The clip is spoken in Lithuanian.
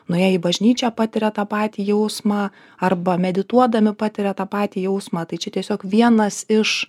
nuėję į bažnyčią patiria tą patį jausmą arba medituodami patiria tą patį jausmą tai čia tiesiog vienas iš